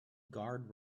guard